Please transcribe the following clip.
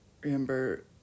remember